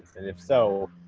and if so,